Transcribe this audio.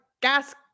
gas